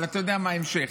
אבל אתה יודע מה ההמשך?